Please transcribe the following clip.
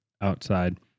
outside